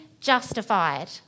justified